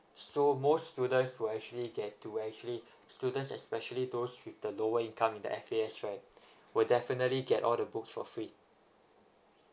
so most students will actually get to actually students especially those with the lower income in the F_A_S right will definitely get all the books for free